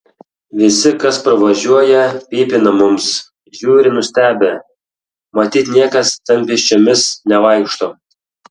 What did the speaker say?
visi kas pravažiuoja pypina mums žiūri nustebę matyt niekas ten pėsčiomis nevaikšto